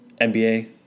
NBA